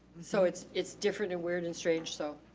so it's it's different and weird and strange, so.